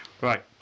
right